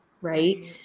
right